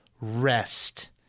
Rest